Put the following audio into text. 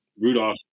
Rudolph